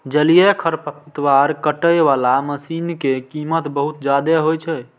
जलीय खरपतवार काटै बला मशीन के कीमत बहुत जादे होइ छै